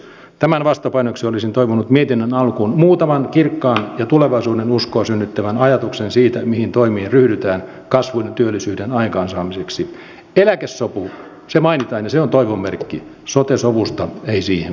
tämän vastapainoksi olisin toivonut mietinnön alkuun muutaman kirkkaan ja tulevaisuudenuskoa synnyttävän ajatuksen siitä mihin toimiin ryhdytään kasvun työllisyyden aikaansaamiseksi eläkesopu se mainitaan se antoi merkin sote sovusta ei siihen